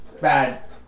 bad